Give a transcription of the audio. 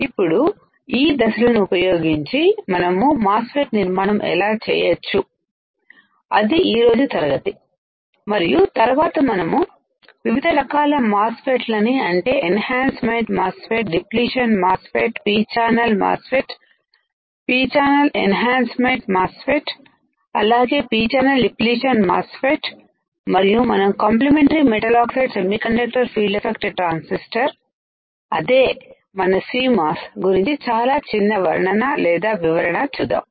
ఇప్పుడు ఈ దశలను ఉపయోగించి మనము మాస్ ఫెట్ నిర్మాణం ఎలా చేయొచ్చు అది ఈ రోజు తరగతి మరియు తరువాత మనము వివిధ రకాల మాస్ ఫెట్ లని అంటే enhancement MOSFET depletion MOSFET P channel MOSFET P channel enhancement MOSFET అలాగే పి ఛానల్ డిప్లీషన్ మాస్ ఫెట్మరియు మనం complementary metal oxide semiconductor field effect transistor అదే మన CMOS గురించి చాలా చిన్న వర్ణన లేదా వివరణ చూద్దాం